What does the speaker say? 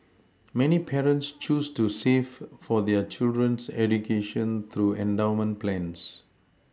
many parents choose to save for their children's education through endowment plans